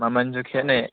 ꯃꯃꯟꯁꯨ ꯈꯦꯠꯅꯩ